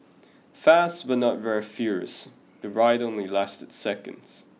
fast but not very furious the ride only lasted seconds